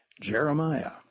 Jeremiah